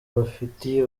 bafitiye